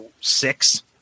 six